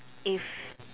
if